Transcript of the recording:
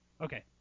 Okay